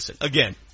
again